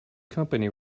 company